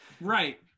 right